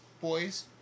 boys